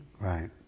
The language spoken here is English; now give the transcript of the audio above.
Right